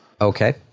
Okay